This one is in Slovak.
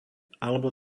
alebo